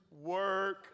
work